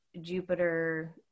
Jupiter